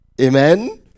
Amen